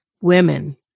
women